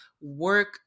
work